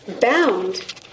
bound